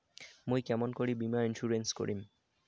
মুই কেমন করি বীমা ইন্সুরেন্স করিম?